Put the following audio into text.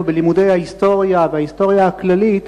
בלימודי ההיסטוריה וההיסטוריה הכללית